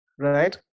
right